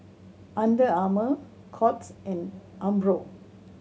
Under Armour Courts and Umbro